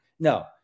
No